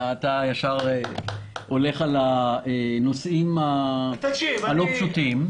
אתה ישר הולך על הנושאים הלא פשוטים.